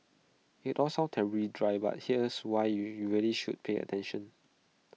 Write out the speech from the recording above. IT all sounds terribly dry but here's why you really should pay attention